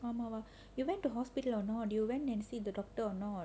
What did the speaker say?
um uh you went to hospital or not do you went to see the doctor or no